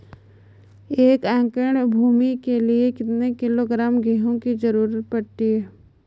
एक एकड़ भूमि के लिए कितने किलोग्राम गेहूँ की जरूरत पड़ती है?